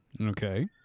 Okay